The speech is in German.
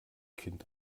kind